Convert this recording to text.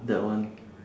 that one